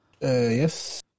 Yes